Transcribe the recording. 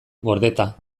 gordeta